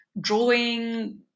drawing